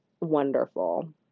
wonderful